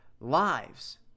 lives